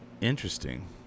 Interesting